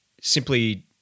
simply